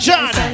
John